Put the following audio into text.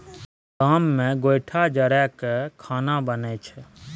गाम मे गोयठा जरा कय खाना बनइ छै